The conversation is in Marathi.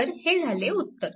तर हे झाले उत्तर